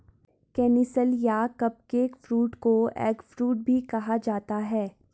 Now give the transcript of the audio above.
canistel या cupcake fruit को eggfruit भी कहा जाता है